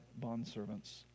bondservants